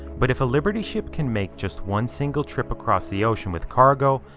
but if a liberty ship can make just one single trip across the ocean with cargo,